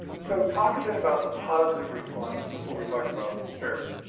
so talk a bit about the positive response before we talk about fair.